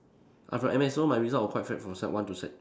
I'm from N_A so my result was quite bad from sec one to sec